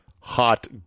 hot